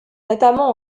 notamment